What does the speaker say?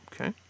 Okay